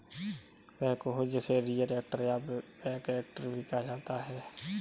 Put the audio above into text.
backhoe जिसे rear actor या back actor भी कहा जाता है